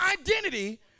identity